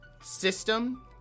system